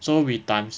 so we times